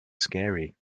scary